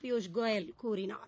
பியூஷ் கோயல் கூறினார்